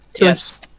Yes